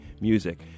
music